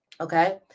Okay